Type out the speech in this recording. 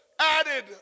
added